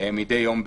מידי יום ביומו.